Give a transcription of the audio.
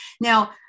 now